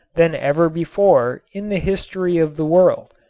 than ever before in the history of the world.